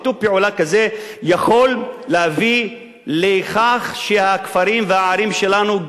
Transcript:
שיתוף פעולה כזה יכול להביא לכך שהכפרים והערים שלנו,